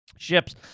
ships